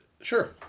Sure